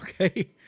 okay